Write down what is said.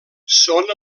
són